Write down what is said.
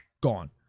Gone